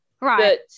Right